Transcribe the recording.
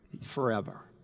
Forever